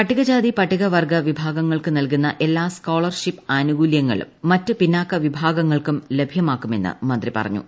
പട്ടികജാതി പട്ടികവർഗ്ഗ വിഭാഗങ്ങൾക്ക് നല്കുന്ന എല്ലാ സ്കോളർഷിപ്പ് ആനുകൂല്യങ്ങൾ മറ്റുപിന്നാക്ക വിഭാഗങ്ങൾക്കും ലഭ്യമാക്കുമെന്ന് മന്ത്രി പറഞ്ഞു